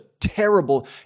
terrible